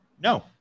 No